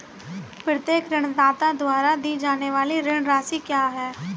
प्रत्येक ऋणदाता द्वारा दी जाने वाली ऋण राशि क्या है?